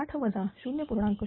60 वजा 0